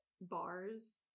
bars